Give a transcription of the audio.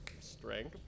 strength